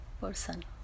person